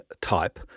type